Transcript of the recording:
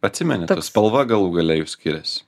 atsimeni ta spalva galų gale juk skiriasi